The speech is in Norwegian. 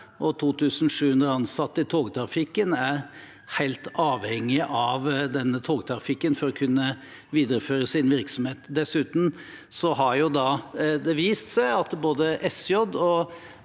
og 2 700 ansatte i togtrafikken, er helt avhengig av denne togtrafikken for å kunne videreføre sin virksomhet. Dessuten har det vist seg at både SJ og